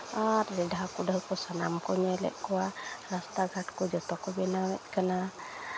ᱞᱮᱰᱷᱟ ᱠᱩᱰᱷᱟᱹ ᱠᱚ ᱥᱟᱱᱟᱢ ᱠᱚ ᱧᱮᱞᱮᱫ ᱠᱚᱣᱟ ᱨᱟᱥᱛᱟ ᱜᱷᱟᱴ ᱠᱚ ᱡᱚᱛᱚ ᱠᱚ ᱵᱮᱱᱟᱣᱮᱫ ᱠᱟᱱᱟ